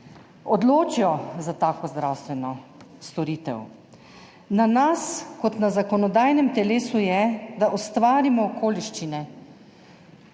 odločijo za tako zdravstveno storitev. Na nas, kot na zakonodajnem telesu je, da ustvarimo okoliščine,